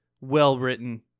well-written